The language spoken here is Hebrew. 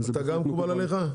אתה גם מקובל עליך?